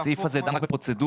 הסעיף הזה דן רק בפרוצדורה.